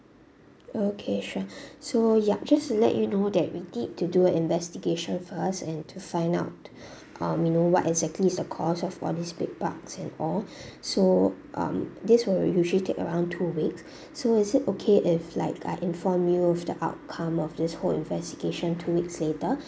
okay sure so yup just to let you know that we need to do an investigation for us and to find out um you know what exactly is the cause of all these bed bugs and all so um this would usually take around two weeks so is it okay if like I inform you with the outcome of this whole investigation two weeks later